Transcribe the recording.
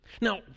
Now